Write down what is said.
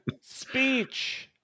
Speech